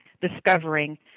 discovering